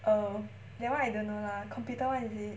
err that one I don't know lah computer is it